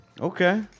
okay